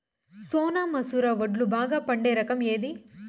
సోనా మసూర వడ్లు బాగా పండే రకం ఏది